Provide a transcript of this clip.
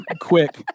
quick